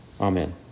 Amen